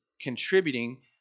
contributing